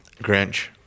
Grinch